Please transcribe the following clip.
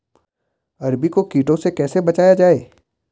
अरबी को कीटों से कैसे बचाया जाए?